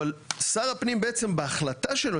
אבל שר הפנים בעצם בהחלטה שלו,